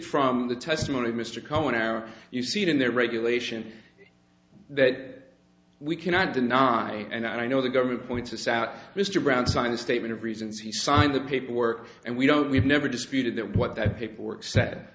from the testimony of mr coe now you see it in the regulation that we cannot deny and i know the government points out mr brown signed a statement of reasons he signed the paperwork and we don't we've never disputed that what that people work s